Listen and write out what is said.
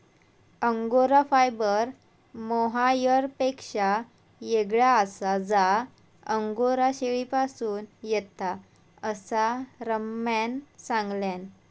angora fibre मोहायरपेक्षा येगळा आसा जा अंगोरा शेळीपासून येता, असा रम्यान सांगल्यान